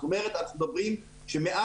זאת אומרת, אנחנו מדברים על כך שמעל